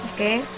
Okay